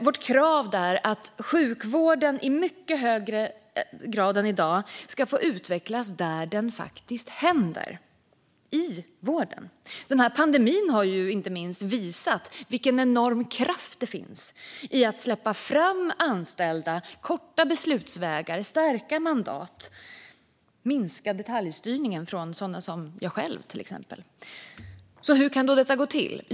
Vårt krav där är att sjukvården i mycket högre grad än i dag ska få utvecklas där vården ges. Pandemin har visat vilken enorm kraft det finns i att släppa fram anställda, korta beslutsvägarna, stärka mandaten och minska detaljstyrningen från sådana som jag själv, till exempel. Hur kan då detta gå till?